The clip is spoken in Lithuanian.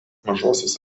mažosios